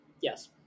Yes